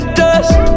dust